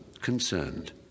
concerned